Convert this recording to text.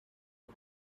but